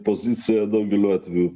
pozicija daugeliu atveju